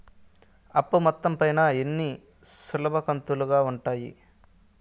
అప్పు మొత్తం పైన ఎన్ని సులభ కంతులుగా ఉంటాయి?